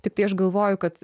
tiktai aš galvoju kad